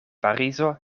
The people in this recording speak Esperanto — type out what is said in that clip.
parizo